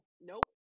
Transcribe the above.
Nope